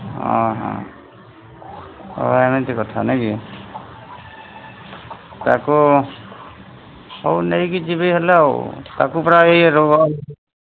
ଅହ ଏମିତି କଥା ନାଇଁ କି ତାକୁ ହଉ ନେଇକି ଯିବି ହେଲା ଆଉ ତାକୁ ପରା ଏଇ ରୋଗ